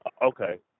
Okay